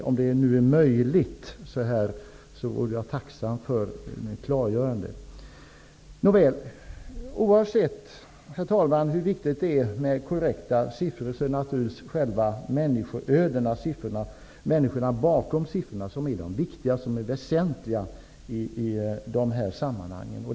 Om det är möjligt vore jag tacksam för ett klargörande. Herr talman! Oavsett hur viktigt det är med korrekta siffror är det naturligtvis människoödena -- människorna bakom siffrorna -- som är det väsentliga i dessa sammanhang.